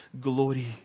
glory